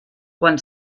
quan